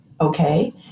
okay